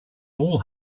all